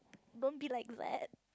don't be like that